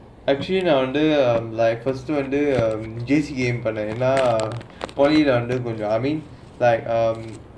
actually nowadays um like consider whether ஏன் நா:yaen naan I mean like um